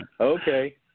okay